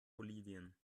bolivien